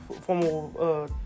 Former